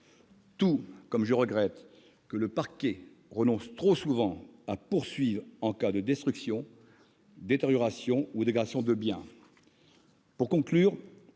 tout comme je regrette que le parquet renonce trop souvent à poursuivre en cas de destruction, détérioration ou dégradation de biens ... Pour conclure,